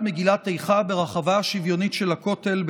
מגילת איכה ברחבה השוויונית של הכותל,